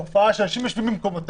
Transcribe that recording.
הופעה כאשר אנשים יושבים במקומותיהם.